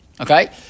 Okay